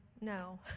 no